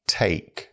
take